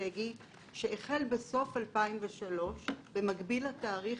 אסטרטגי שהחל בסוף 2003 - במקביל לתאריך